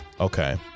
Okay